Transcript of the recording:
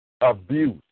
abuse